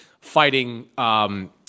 fighting